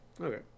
Okay